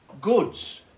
Goods